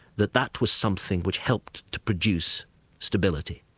that that was something which helped to produce stability.